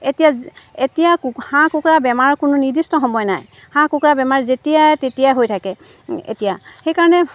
এতিয়া এতিয়া হাঁহ কুকুৰাৰ বেমাৰৰ কোনো নিৰ্দিষ্ট সময় নাই হাঁহ কুকুৰাৰ বেমাৰ যেতিয়াই তেতিয়াই হৈ থাকে এতিয়া সেইকাৰণে